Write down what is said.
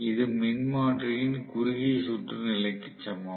இது மின்மாற்றியின் குறுகிய சுற்று நிலைக்கு சமம்